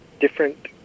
different